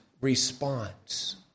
response